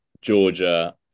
Georgia